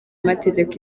amategeko